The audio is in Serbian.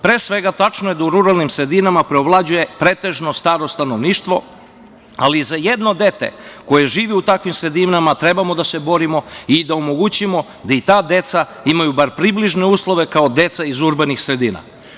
Pre svega, tačno je da u ruralnim sredinama preovlađuje pretežno staro stanovništvo, ali za jedno dete koje živi i takvim sredinama trebamo da se borimo i da omogućimo da i ta deca imaju bar približne uslove kao deca iz urbanih sredina.